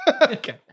Okay